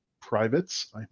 privates